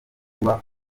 kuba